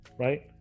Right